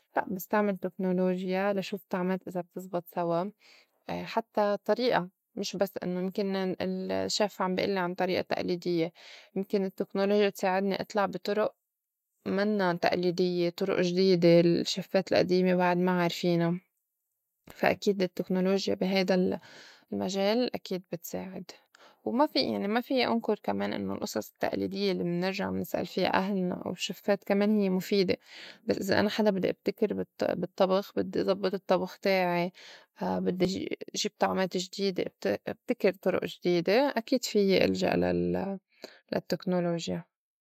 لأ بستعمل تكنولوجيا لشوف طعمات إذا بتزبط سوا حتّى طريئة مش بس إنّو يمكن ال- الشيف عم بي إلي عن طريئة تئليديّة يمكن التكنولوجيا تساعدني إطلع بي طُرُء منّا تئليديّة طُرُء جديدة الشّيفات الئديمة بعد ما عارفينا فا أكيدة التكنولوجيا بي هيدا المجال أكيد بتساعد وما في يعني ما فيّ إنكُر كمان إنّو الأصص التئليديّة الّي منرجع منسأل فيا أهلنا أو شيفّات كمان هيّ مفيدة بس إذا أنا حدا بدّي ابتكر بال- بالطّبخ بدّي زبّط الطّبخ تاعي فا بدّي جي- جيب طعمات جديدة ابتك- ابتكر طُرُء جديدة أكيد في إلجأ لل- للتكنولوجيا.